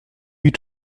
eût